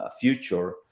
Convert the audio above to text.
future